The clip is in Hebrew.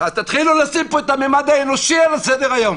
תתחילו לשים פה את הממד האנושי על סדר-היום.